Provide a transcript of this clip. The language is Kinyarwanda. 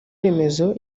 remezo